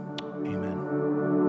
Amen